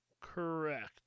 Correct